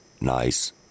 nice